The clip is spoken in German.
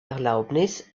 erlaubnis